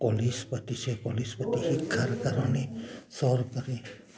college পাতিছে college পাতি শিক্ষাৰ কাৰণে চৰকাৰে